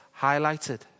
highlighted